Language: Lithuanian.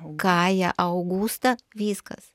kają augustą viskas